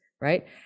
right